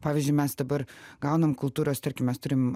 pavyzdžiui mes dabar gaunam kultūros tarkim mes turim